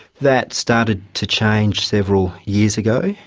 that started to change several years ago,